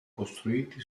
costruiti